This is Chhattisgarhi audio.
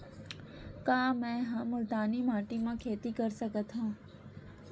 का मै ह मुल्तानी माटी म खेती कर सकथव?